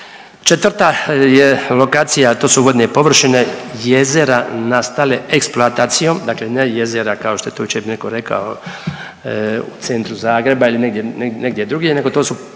Četvrta je lokacija to su vodne površine, jezera nastale eksploatacijom, dakle ne jezera kao što je to jučer netko rekao u centru Zagreba ili negdje drugdje, nego to su jezera